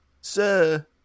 Sir